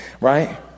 right